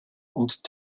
und